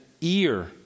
ear